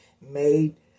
made